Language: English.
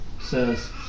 says